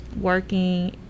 working